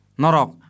norok